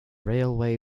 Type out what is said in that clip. railway